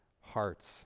hearts